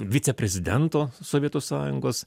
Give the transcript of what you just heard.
viceprezidento sovietų sąjungos